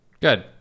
Good